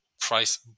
price